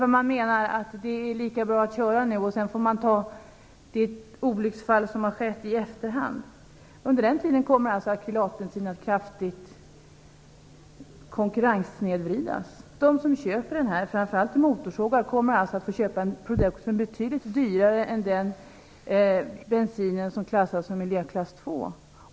Man menar att det är lika bra att köra nu, och sedan får man klara av de olycksfall som har skett i efterhand. Under den tiden kommer akrylatbensinens konkurrenskraft att snedvridas kraftigt. De som köper denna bensin, framför allt till motorsågar, kommer alltså att få köpa en produkt som är betydligt dyrare än den bensin som klassas som miljöklass 2.